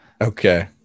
Okay